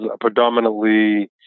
predominantly